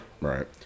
Right